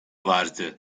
vardı